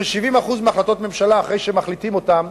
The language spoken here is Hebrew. ש-70% מהחלטות ממשלה, אחרי שמחליטים אותן,